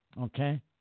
okay